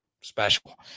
special